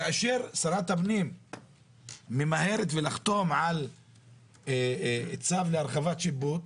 כאשר שרת הפנים ממהרת לחתום על צו להרחבת שיפוט,